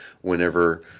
whenever